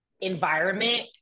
environment